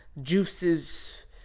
juices